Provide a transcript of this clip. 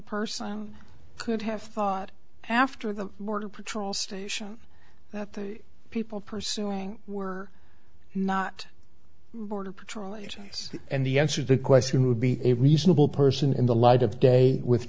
person could have thought after the border patrol station that the people pursuing were not border patrol agents and the answer the question would be a reasonable person in the light of day with